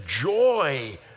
joy